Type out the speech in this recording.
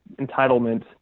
entitlement